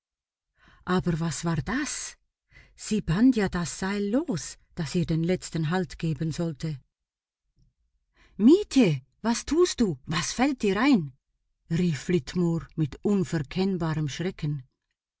aber was war das sie band ja das seil los das ihr den letzten halt geben sollte mietje was tust du was fällt dir ein rief flitmore mit unverkennbarem schrecken